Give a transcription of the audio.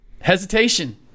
Hesitation